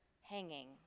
hanging